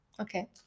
Okay